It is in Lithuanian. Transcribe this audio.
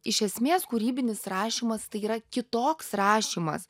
iš esmės kūrybinis rašymas tai yra kitoks rašymas